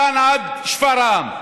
מכאן עד שפרעם.